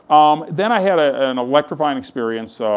um then i had ah an electrifying experience